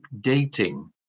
dating